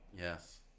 Yes